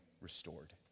restored